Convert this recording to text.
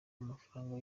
amafaranga